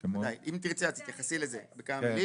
אם תרצה, את תתייחסי לזה בכמה מילים.